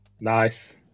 Nice